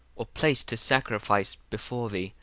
or place to sacrifice before thee,